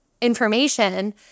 information